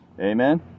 amen